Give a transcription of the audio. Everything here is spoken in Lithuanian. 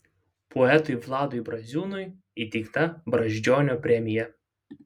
poetui vladui braziūnui įteikta brazdžionio premija